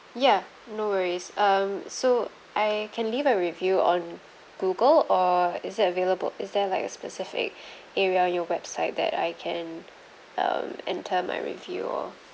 ya no worries um so I can leave a review on Google or is it available is there like a specific area on your website that I can um enter my review of